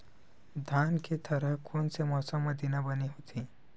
धान के थरहा कोन से मौसम म देना बने होही?